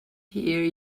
here